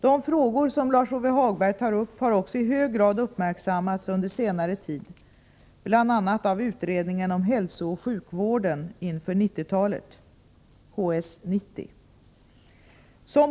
De frågor som Lars-Ove Hagberg tar upp har också i hög grad uppmärk sammats under senare tid, bl.a. av utredningen om hälsooch sjukvården inför 1990-talet .